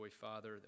Father